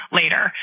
later